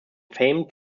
famed